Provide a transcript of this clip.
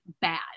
bad